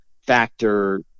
factor